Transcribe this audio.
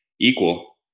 equal